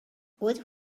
what